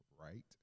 right